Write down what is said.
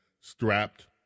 strapped